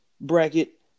bracket